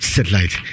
Satellite